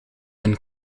een